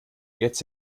jetzt